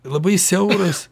labai siauras